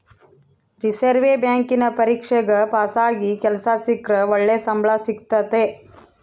reserve ಬ್ಯಾಂಕಿನ ಪರೀಕ್ಷೆಗ ಪಾಸಾಗಿ ಕೆಲ್ಸ ಸಿಕ್ರ ಒಳ್ಳೆ ಸಂಬಳ ಸಿಕ್ತತತೆ